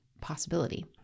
possibility